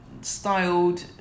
styled